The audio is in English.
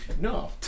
No